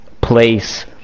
place